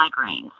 migraines